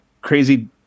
crazy